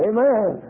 Amen